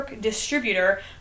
distributor